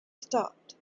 stopped